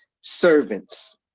servants